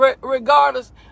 Regardless